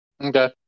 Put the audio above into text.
okay